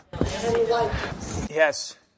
Yes